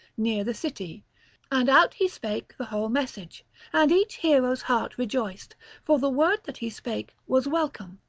near the city and out he spake the whole message and each hero's heart rejoiced for the word that he spake was welcome.